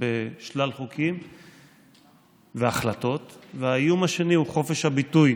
בשלל חוקים והחלטות, האיום השני הוא חופש הביטוי,